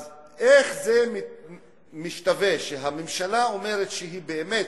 אז איך זה משתווה שהממשלה אומרת שהיא באמת